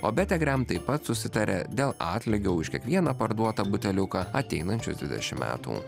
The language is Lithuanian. o betė grem taip pat susitarė dėl atlygio už kiekvieną parduotą buteliuką ateinančius dvidešim metų